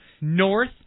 north